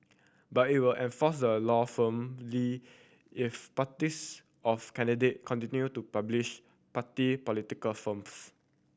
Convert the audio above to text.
but it will enforce the law firmly if parties of candidate continue to publish party political films